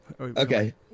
Okay